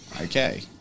Okay